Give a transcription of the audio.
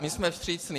My jsme vstřícní.